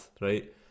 right